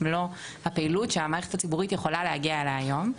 מלוא הפעילות שהמערכת הציבורית יכולה להגיע אליה היום.